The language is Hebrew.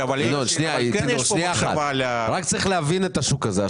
צריך להבין את השוק הזה.